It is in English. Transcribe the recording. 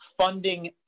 funding